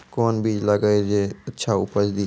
कोंन बीज लगैय जे अच्छा उपज दिये?